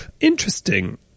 Interesting